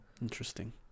Interesting